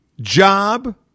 job